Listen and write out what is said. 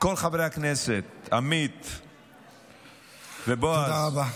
כל חברי הכנסת, עמית ובועז, תודה רבה.